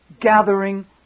gathering